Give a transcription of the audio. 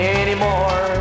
anymore